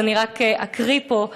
אז אני רק אקריא פה,